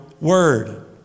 word